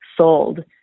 sold